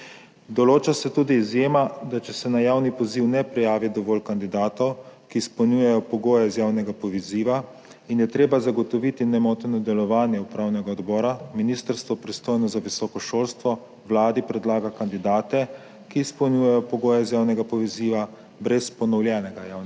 Določa se tudi izjema, da če se na javni poziv ne prijavi dovolj kandidatov, ki izpolnjujejo pogoje iz javnega poziva, in je treba zagotoviti nemoteno delovanje upravnega odbora, ministrstvo, pristojno za visoko šolstvo, Vladi predlaga kandidate, ki izpolnjujejo pogoje iz javnega poziva, brez ponovljenega javnega